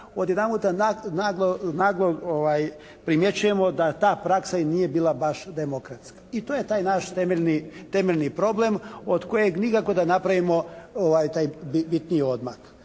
odjedanput naglo primjećujemo da ta praksa i nije bila baš demokratska. I to je naš temeljni problem od kojeg nikako da napravimo taj